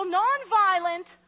nonviolent